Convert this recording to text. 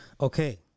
Okay